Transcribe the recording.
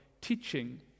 teaching